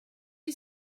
you